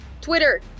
Twitter